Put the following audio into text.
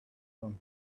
from